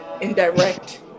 indirect